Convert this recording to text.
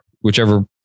Whichever